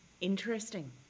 interesting